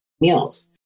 meals